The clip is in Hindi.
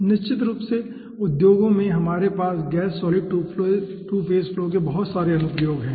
निश्चित रूप से उद्योगों में हमारे पास गैस सॉलिड 2 फेज फ्लो के बहुत सारे अनुप्रयोग हैं